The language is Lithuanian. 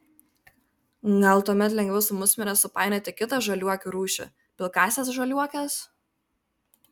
gal tuomet lengviau su musmire supainioti kitą žaliuokių rūšį pilkąsias žaliuokes